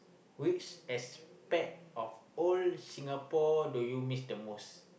which aspect of old Singapore do you miss the most